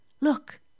Look